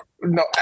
No